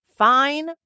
fine